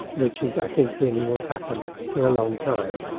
which is i think really what happened for a long time.